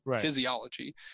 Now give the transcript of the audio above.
physiology